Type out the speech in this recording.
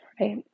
right